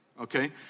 Okay